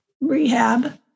rehab